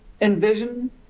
envision